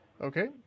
Okay